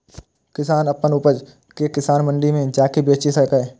किसान अपन उपज कें किसान मंडी मे जाके बेचि सकैए